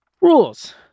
rules